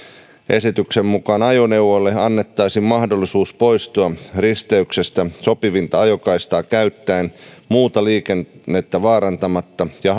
esityksen mukaan ajoneuvoille annettaisiin mahdollisuus poistua risteyksestä sopivinta ajokaistaa käyttäen muuta liikennettä vaarantamatta ja